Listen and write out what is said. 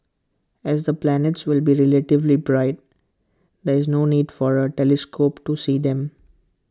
as the planets will be relatively bright there is no need for A telescope to see them